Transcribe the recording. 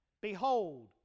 Behold